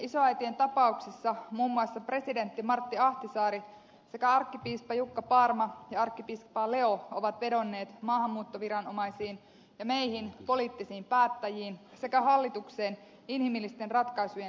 isoäitien tapauksessa muun muassa presidentti martti ahtisaari sekä arkkipiispa jukka paarma ja arkkipiispa leo ovat vedonneet maahanmuuttoviranomaisiin ja meihin poliittisiin päättäjiin sekä hallitukseen inhimillisten ratkaisujen löytämiseksi